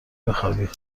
بخوابی